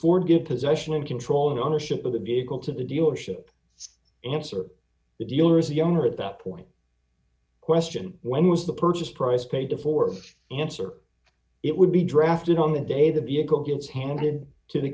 and control in ownership of the vehicle to the dealership answer the dealer is the young or at that point question when was the purchase price paid before answer it would be drafted on the day the vehicle gets handed to the